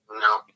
No